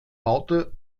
raute